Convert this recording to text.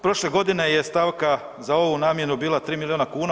Prošle godine je stavka za ovu namjenu bila 3 milijuna kuna.